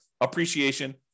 appreciation